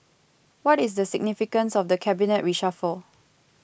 what is the significance of the cabinet reshuffle